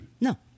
No